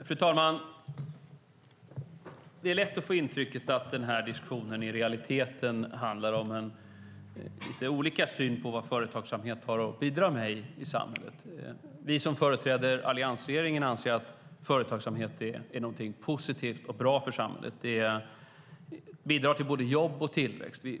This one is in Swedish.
Fru talman! Det är lätt att få intrycket att den här diskussionen i realiteten handlar om lite olika syn på vad företagsamhet har att bidra med i samhället. Vi som företräder alliansregeringen anser att företagsamhet är något positivt och bra för samhället. Det bidrar till både jobb och tillväxt.